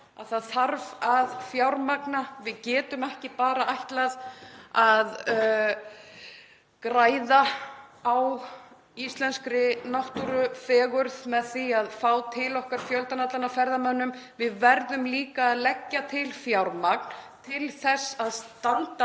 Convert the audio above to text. það þarf að fjármagna. Við getum ekki bara ætlað að græða á íslenskri náttúrufegurð með því að fá til okkar fjöldann allan af ferðamönnum. Við verðum líka að leggja til fjármagn til þess að standa